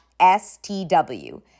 stw